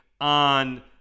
on